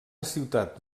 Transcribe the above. ciutat